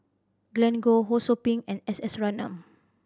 Glen Goei Ho Sou Ping and S S Ratnam